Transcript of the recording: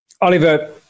oliver